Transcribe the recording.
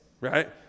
right